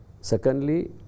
Secondly